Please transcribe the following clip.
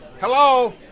hello